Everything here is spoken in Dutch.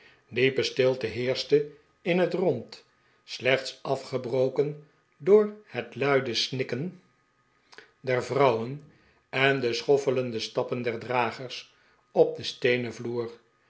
diepe stilte heerschte in het rond slechts afgebroken door het luide snikken der vrouwen en de schoffelende stappen der dragers op den steenen yloer